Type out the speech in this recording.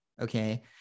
okay